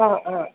ஆ ஆ